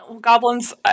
goblins